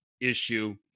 issue